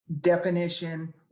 definition